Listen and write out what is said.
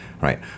right